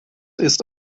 ist